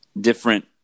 different